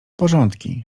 porządki